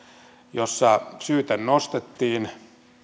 jossa syyte nostettiin